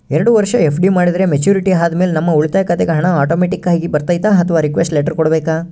ಎರಡು ವರುಷ ಎಫ್.ಡಿ ಮಾಡಿದರೆ ಮೆಚ್ಯೂರಿಟಿ ಆದಮೇಲೆ ನಮ್ಮ ಉಳಿತಾಯ ಖಾತೆಗೆ ಹಣ ಆಟೋಮ್ಯಾಟಿಕ್ ಆಗಿ ಬರ್ತೈತಾ ಅಥವಾ ರಿಕ್ವೆಸ್ಟ್ ಲೆಟರ್ ಕೊಡಬೇಕಾ?